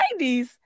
90s